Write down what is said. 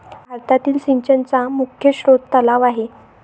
भारतातील सिंचनाचा मुख्य स्रोत तलाव आहे